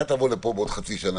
אתה תבוא לכאן בעוד חצי שנה,